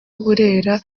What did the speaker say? burera